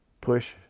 push